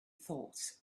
thought